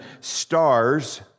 stars